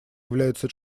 является